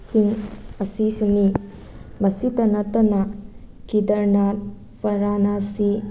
ꯁꯤꯡ ꯑꯁꯤꯁꯨꯅꯤ ꯃꯁꯤꯇ ꯅꯠꯇꯅ ꯀꯤꯗꯔꯅꯥꯠ ꯕꯔꯥꯅꯥꯁꯤ